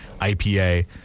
IPA